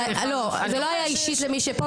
זה לא היה אישית למי שפה,